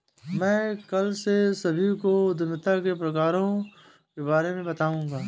मैं कल से सभी को उद्यमिता के प्रकारों के बारे में बताऊँगा